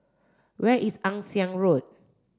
where is Ann Siang Road